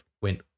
went